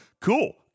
Cool